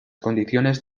condiciones